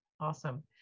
Awesome